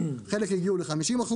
חלק הגיעו ל-50%,